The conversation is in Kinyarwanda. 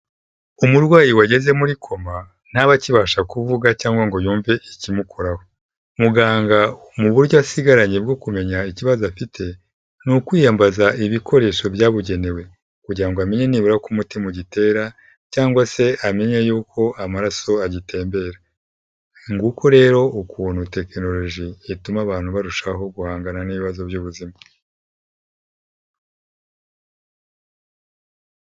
Umurwayi wageze muri koma ntaba akibasha kuvuga cyangwa ngo yumve ikimukoraho muganga mu buryo asigaranye bwo kumenya ikibazo afite ni ukwiyambaza ibikoresho byabugenewe kugira ngo amenye nibura ko umutima ugitera cyangwa se amenya yuko amaraso agitembera nguko rero ukuntu tekinoloji yatuma abantu barushaho guhangana n'ibibazo by'ubuzima.